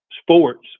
sports